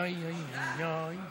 אי-אפשר לעשות את זה.